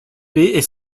est